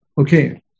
Okay